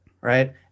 right